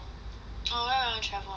orh where I want to travel ah